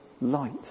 light